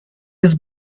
was